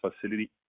facility